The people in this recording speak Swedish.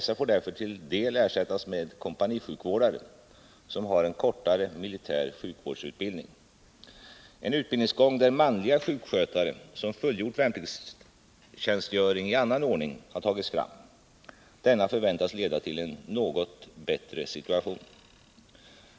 Dessa får därför till dels ersättas med kompanisjukvårdare, som har en kortare militär sjukvårdsutbildning. En utbildningsgång för manliga sjukskötare, som fullgjort värnpliktstjänstgöring i annan ordning, har tagits fram. Denna förväntas leda till en något bättre situation.